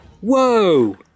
Whoa